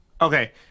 Okay